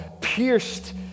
pierced